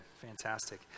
Fantastic